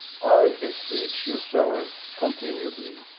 i beseech you, sir, continued he,